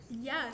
yes